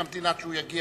נמתין עד שהוא יגיע